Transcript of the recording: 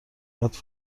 قدر